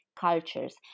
cultures